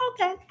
Okay